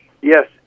Yes